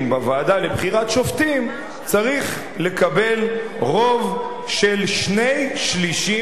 בוועדה לבחירת שופטים צריך לקבל רוב של שני-שלישים,